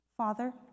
Father